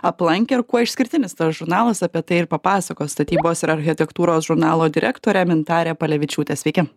aplankė ir kuo išskirtinis tas žurnalas apie tai ir papasakos statybos ir architektūros žurnalo direktorė mintarė palevičiūtė sveiki